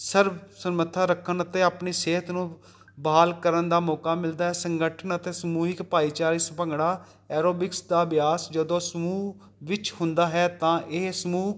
ਸਰਵ ਸਰਮੱਥਾ ਰੱਖਣ ਅਤੇ ਆਪਣੀ ਸਿਹਤ ਨੂੰ ਬਹਾਲ ਕਰਨ ਦਾ ਮੌਕਾ ਮਿਲਦਾ ਸੰਗਠਨ ਅਤੇ ਸਮੂਹਿਕ ਭਾਈਚਾਰੇ ਭੰਗੜਾ ਐਰੋਬਿਕਸ ਦਾ ਅਭਿਆਸ ਜਦੋਂ ਸਮੂਹ ਵਿੱਚ ਹੁੰਦਾ ਹੈ ਤਾਂ ਇਹ ਸਮੂਹ